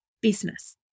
business